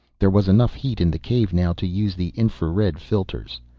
there was enough heat in the cave now to use the infra-red filters.